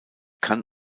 kann